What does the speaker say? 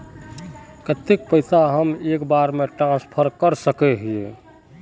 केते पैसा हम एक बार ट्रांसफर कर सके हीये?